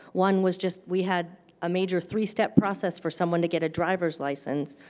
one was just we had a major three-step process for someone to get driver's licenses,